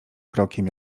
krokiem